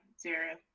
zero